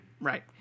Right